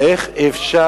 היא לא מודאגת.